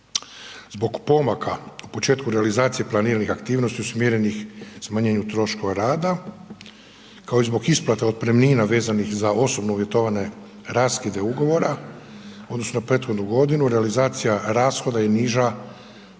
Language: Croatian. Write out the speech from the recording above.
Zbog pomaka u početku realizacije planiranih aktivnosti usmjerenih smanjenju troškova rada kao i zbog isplata otpremnina vezanih za osobno uvjetovane raskide ugovora u odnosu na prethodnu godinu realizacija rashoda je niža